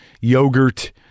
yogurt